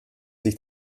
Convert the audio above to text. sich